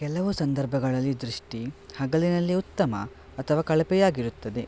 ಕೆಲವು ಸಂದರ್ಭಗಳಲ್ಲಿ ದೃಷ್ಟಿ ಹಗಲಿನಲ್ಲಿ ಉತ್ತಮ ಅಥವಾ ಕಳಪೆಯಾಗಿರುತ್ತದೆ